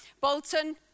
Bolton